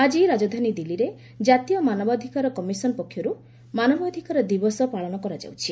ଆଜି ରାଜଧାନୀ ଦିଲ୍ଲୀରେ କାତୀୟ ମାନବାଧିକାର କମିଶନ ପକ୍ଷରୁ ମାନବାଧିକାର ଦିବସ ପାଳନ କରାଯାଉଛି